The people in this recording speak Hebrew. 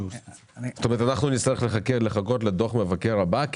זאת אומרת שאנחנו נצטרך לחכות לדוח הבא של